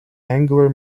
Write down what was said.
angular